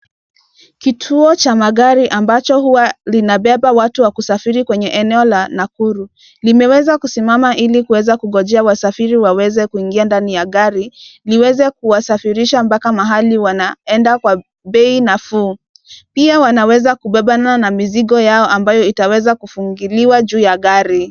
Kituo cha magari ambacho huwa linabeba watu wa kusafiri kwenye eneo la Nakuru limeweza kusimama ili kuweza kungojea wasafiri waweze kuingia ndani ya gari liweze kuwasafirisha mbaka mahali wanaenda kwa bei nafuu. Pia wanaweza kubebana na mizigo yao ambayo itaweza kufungiliwa juu ya gari.